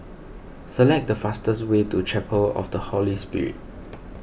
select the fastest way to Chapel of the Holy Spirit